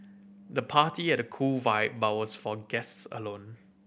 the party had a cool vibe but was for guests alone